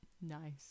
Nice